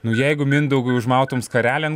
nu jeigu mindaugui užmautum skarelę ant